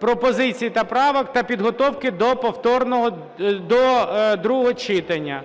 пропозицій та правок, та підготовки до другого читання.